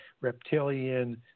reptilian